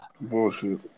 bullshit